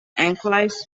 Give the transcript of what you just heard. anchovies